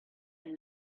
and